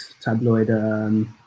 tabloid